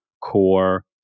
core